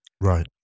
Right